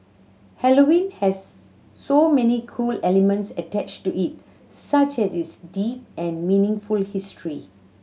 Halloween has so many cool elements attached to it such as its deep and meaningful history